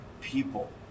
people